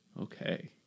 Okay